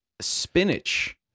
Spinach